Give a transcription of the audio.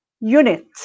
unit